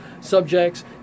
subjects